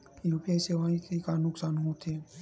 UPI सेवाएं के का नुकसान हो थे?